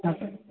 ಹಾಂ ಸರ್